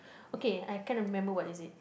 okay I kind of remember what is it